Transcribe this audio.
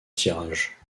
tirage